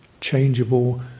changeable